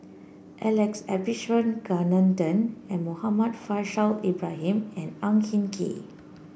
Alex Abisheganaden a Muhammad Faishal Ibrahim and Ang Hin Kee